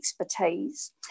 expertise